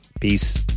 Peace